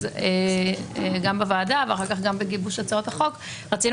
אז גם בוועדה ואחר כך גם בגיבוש הצעות החוק רצינו